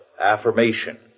affirmation